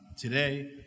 today